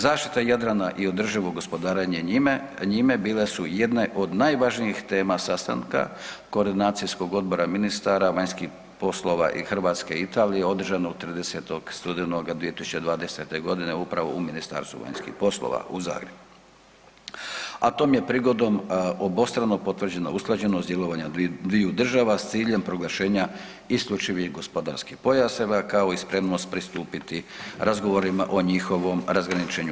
Zaštita Jadrana i održivog gospodarenja njime, bile su jedne od najvažnijih tema sastanka Koordinacijskog odbora ministara vanjskih poslova Hrvatske i Italije održanog 30. studenog 2020. g. upravo u Ministarstvu vanjskih poslova u Zagrebu, a tom je prigodom obostrano potvrđena usklađenost djelovanja dviju država s ciljem proglašenja IGP-ova, kao i spremnost pristupiti razgovorima o njihovom razgraničenju.